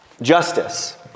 justice